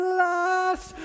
last